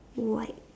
white